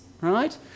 Right